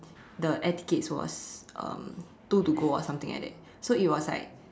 the air tickets was um two to go or something like that so it was like